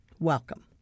Welcome